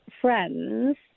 friends